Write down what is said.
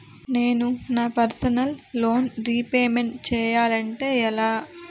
నేను నా personal loan repayment చేయాలంటే ఎలా?